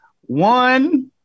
One